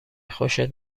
خوشت